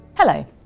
Hello